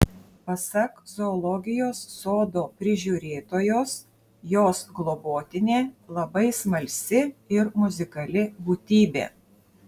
pasak zoologijos sodo prižiūrėtojos jos globotinė labai smalsi ir muzikali būtybė